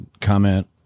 comment